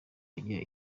ajya